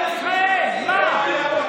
תושבי ישראל, מה?